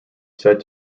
said